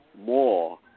more